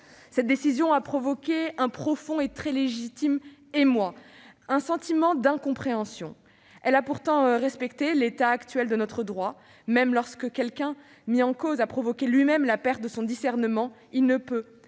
Cette décision a provoqué un profond et très légitime émoi et un sentiment d'incompréhension. Elle a pourtant respecté l'état actuel de notre droit : même lorsqu'une personne mise en cause a provoqué elle-même la perte de son discernement, elle ne peut